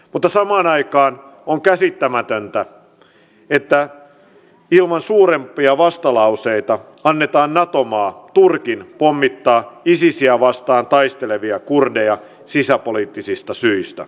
mutta samaan aikaan on käsittämätöntä että ilman suurempia vastalauseita annetaan nato maa turkin pommittaa isisiä vastaan taistelevia kurdeja sisäpoliittisista syistä